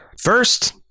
First